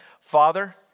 Father